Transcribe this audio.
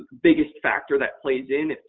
biggest factor that plays in.